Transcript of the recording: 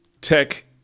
tech